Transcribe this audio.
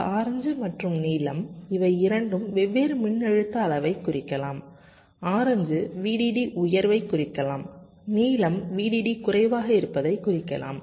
இந்த ஆரஞ்சு மற்றும் நீலம் இவை இரண்டு வெவ்வேறு மின்னழுத்த அளவைக் குறிக்கலாம் ஆரஞ்சு VDD உயர்வை குறிக்கலாம் நீலம் VDD குறைவாக இருப்பதைக் குறிக்கலாம்